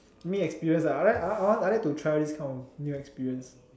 need experience ah I like I I want to try this kind of new experience